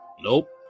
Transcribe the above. Nope